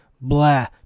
blah